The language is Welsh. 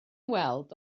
weld